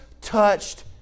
touched